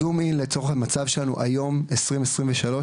זום אין לצורך המצב שלנו היום בשנת 2023,